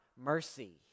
mercy